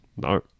No